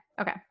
Okay